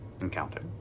Encounter